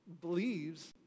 believes